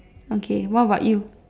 okay what about you